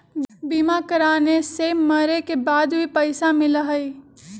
बीमा कराने से मरे के बाद भी पईसा मिलहई?